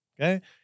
okay